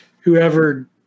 whoever